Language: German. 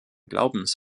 glaubens